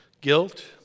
Guilt